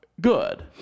Good